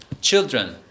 children